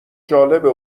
جالبه